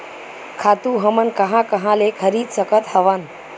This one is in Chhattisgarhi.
खातु हमन कहां कहा ले खरीद सकत हवन?